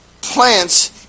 plants